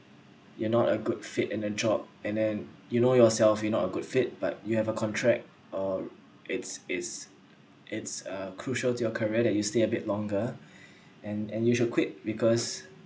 you're not a good fit in a job and then you know yourself you not a good fit but you have a contract or it's it's it's uh crucial to your career that you stay a bit longer and and you should quit because